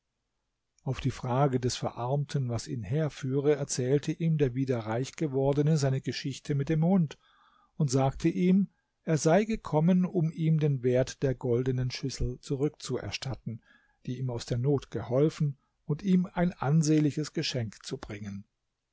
auf die frage des verarmten was ihn herführe erzählte ihm der wieder reich gewordene seine geschichte mit dem hund und sagte ihm er sei gekommen um ihm den wert der goldenen schüssel zurückzuerstatten die ihm aus der not geholfen und um ihm ein ansehnliches geschenk zu bringen